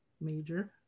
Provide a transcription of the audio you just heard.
major